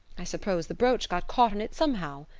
i suppose the brooch got caught in it somehow.